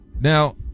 Now